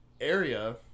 area